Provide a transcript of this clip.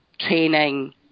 training